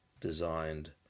designed